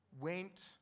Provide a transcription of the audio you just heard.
went